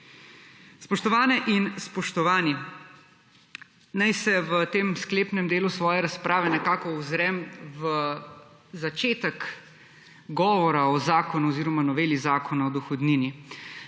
Spoštovane in spoštovani! Naj se v tem sklepnem delu svoje razprave nekako ozrem v začetek govora o zakonu oziroma noveli Zakona o dohodnini.